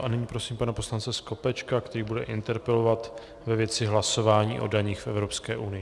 A nyní prosím pana poslance Skopečka, který bude interpelovat ve věci hlasování o daních v Evropské unii.